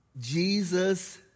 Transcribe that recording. Jesus